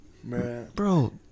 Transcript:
Bro